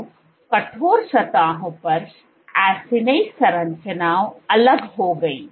तो कठोर सतहों पर एसिनी संरचनाएं अलग हो गईं